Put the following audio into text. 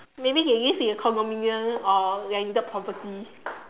maybe they live in condominium or landed property